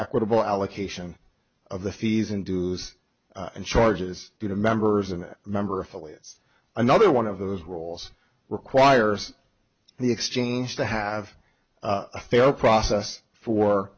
equitable allocation of the fees in dues and charges to the members and member affiliates another one of those roles requires the exchange to have a fair process for